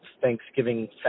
Thanksgiving